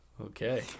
Okay